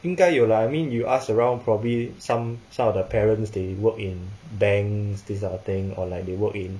应该有 lah I mean you ask around probably some some of the parents they work in banks this type of thing or like they work in